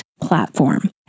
platform